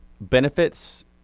benefits